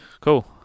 Cool